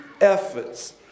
efforts